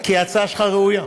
כי ההצעה שלך ראויה,